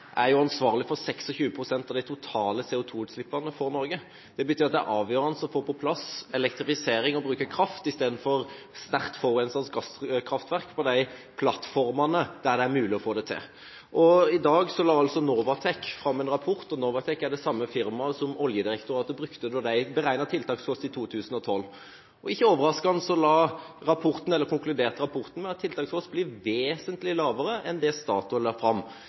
er ansvarlig for 26 pst. av de totale CO2-utslippene i Norge. Det betyr at det er avgjørende å få på plass elektrifisering og bruke kraft istedenfor sterkt forurensende gasskraftverk på de plattformene der det er mulig å få det til. I dag la Novatek fram en rapport – og Novatek er det samme firmaet som Oljedirektoratet brukte da de beregnet tiltakskostnad i 2012. Ikke overraskende konkluderte rapporten med at tiltakskostnaden blir vesentlig lavere enn det Statoil la fram.